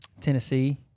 Tennessee